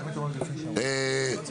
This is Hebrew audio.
בבקשה.